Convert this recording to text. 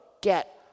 get